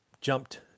jumped